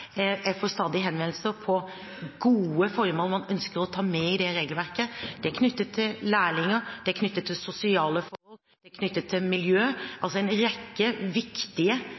Jeg får stadig henvendelser om gode formål man ønsker å ta med i regelverket. Det er knyttet til lærlinger, knyttet til sosiale forhold, knyttet til miljø – altså en rekke viktige